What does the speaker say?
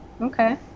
okay